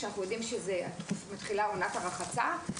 אז מתחילה עונת הרחצה.